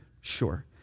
sure